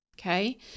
okay